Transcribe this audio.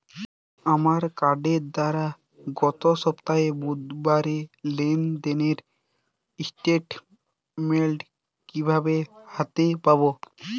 আমার কার্ডের দ্বারা গত সপ্তাহের বুধবারের লেনদেনের স্টেটমেন্ট কীভাবে হাতে পাব?